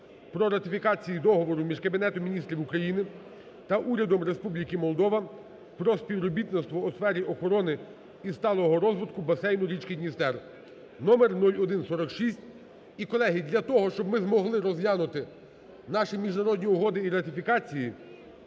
про ратифікацію Договору між Кабінетом Міністрів України та Урядом Республіки Молдова про співробітництво у сфері охорони і сталого розвитку басейну річки Дністер (№ 0146). І, колеги, для того, щоб ми змогли розглянути наші міжнародні угоди і ратифікації,